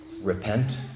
repent